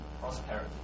prosperity